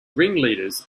ringleaders